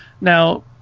Now